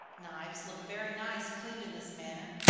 knives look very nice cleaned in this manner,